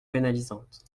pénalisante